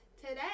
today